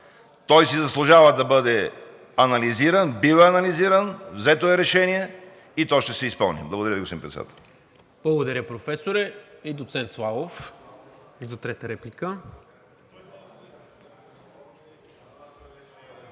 Той си заслужава да бъде анализиран, бива анализиран, взето е решение и то ще се изпълни. Благодаря Ви, господин Председател. ПРЕДСЕДАТЕЛ НИКОЛА МИНЧЕВ: Благодаря, Професоре. И доцент Славов – за трета реплика.